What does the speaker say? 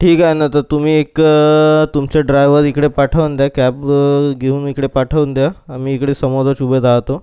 ठीक आहे ना तर तुम्ही एक तुमचं ड्रायवर इकडे पाठवून द्या कॅब घेऊन इकडे पाठवून द्या आम्ही इकडे समोरच उभे राहतो